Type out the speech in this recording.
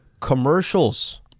Commercials